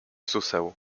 suseł